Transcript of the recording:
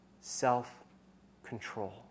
self-control